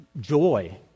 joy